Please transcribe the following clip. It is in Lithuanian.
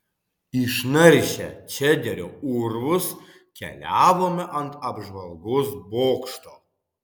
išnaršę čederio urvus keliavome ant apžvalgos bokšto